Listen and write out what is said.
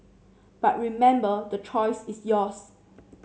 but remember the choice is yours